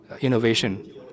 innovation